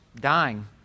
dying